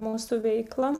mūsų veiklą